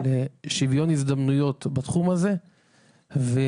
את שוויון ההזדמנויות בתחום הזה ועל